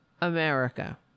America